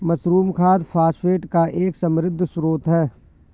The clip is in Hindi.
मशरूम खाद फॉस्फेट का एक समृद्ध स्रोत है